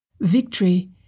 victory